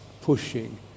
pushing